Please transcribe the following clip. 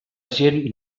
gent